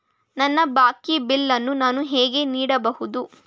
ನನ್ನ ಬಾಕಿ ಬಿಲ್ ಅನ್ನು ನಾನು ಹೇಗೆ ನೋಡಬಹುದು?